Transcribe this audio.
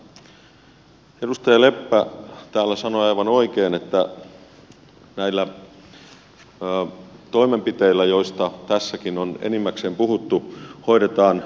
edustaja leppä täällä sanoi aivan oikein että näillä toimenpiteillä joista tässäkin on enimmäkseen puhuttu hoidetaan oiretta